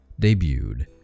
debuted